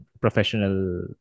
professional